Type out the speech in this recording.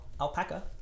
alpaca